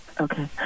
Okay